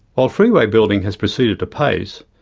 while freeway building has proceeded apace,